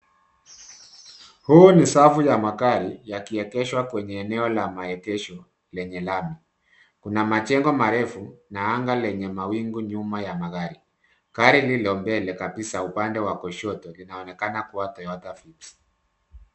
Huu ni safu ya magari yakiegeshwa kwenye eneo la maegesho lenye lami kuna majengo marefu na anga lenye mawingu nyuma ya magari. Gari lilo mbele kabisa upande wa kushoto linaonekana kuwa Toyota Vitz.